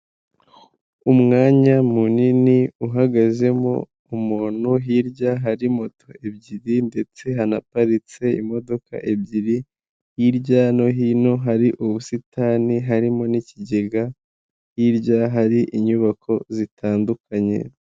Umwanya munini uhagazemo umuntu hirya hari moto ebyiri ndetse hanaparitse imodoka ebyiri, hirya no hino hari ubusitani harimo n'ikigega, hirya hari inyubako zitandukanye.